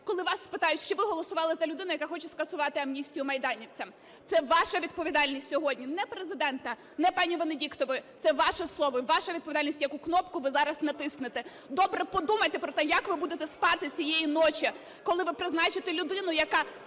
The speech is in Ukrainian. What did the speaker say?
коли у вас спитають, чи ви голосували за людину, яка хоче скасувати амністію майданівцям. Це ваша відповідальність сьогодні, не Президента, не пані Венедіктової, це ваше слово і ваша відповідальність, яку кнопку ви зараз натиснете. Добре подумайте про те, як ви будете спати цієї ночі, коли ви призначите людину, яка